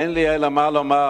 אין לי אלא לומר,